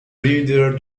reader